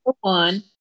one